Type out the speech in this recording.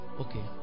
Okay